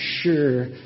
sure